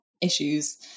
issues